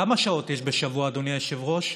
כמה שעות יש בשבוע, אדוני היושב-ראש?